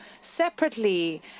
separately